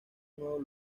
nuevo